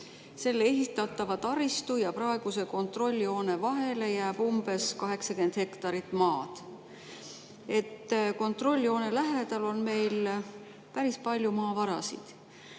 Ehitatava taristu ja praeguse kontrolljoone vahele jääb umbes 80 hektarit maad. Kontrolljoone lähedal on meil päris palju maavarasid.